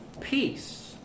peace